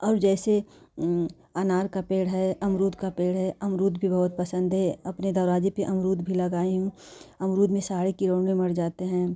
और जैसे अनार का पेड़ है अमरूद का पेड़ है अमरूद भी बहुत पसंद है अपने दरवाज़े पर अमरूद भी लगाई हूँ अमरूद में सारे कीड़े उड़े मर जाते हैं